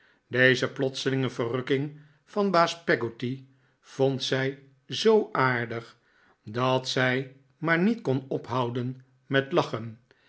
deze plotselinge verrukking van baas peggotty vond zij zoo aardig dat zij maar niet kon ophouden met lachen